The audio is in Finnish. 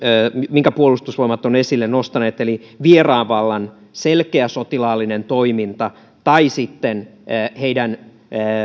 minkä puolustusvoimat on esille nostanut eli vieraan vallan selkeä sotilaallinen toiminta tai sitten heidän